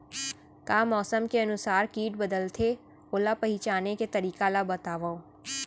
का मौसम के अनुसार किट बदलथे, ओला पहिचाने के तरीका ला बतावव?